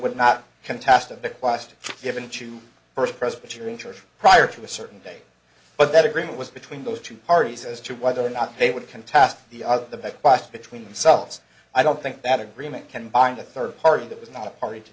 would not contest of bequest given to first presbyterian church prior to a certain day but that agreement was between those two parties as to whether or not they would contest the the back box between themselves i don't think that agreement can bind a third party that was not a party to